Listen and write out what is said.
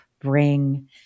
bring